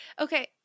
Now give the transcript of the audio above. Okay